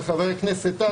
וחבר הכנסת טל,